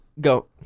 Go